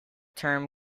term